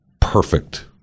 perfect